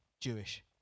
Jewish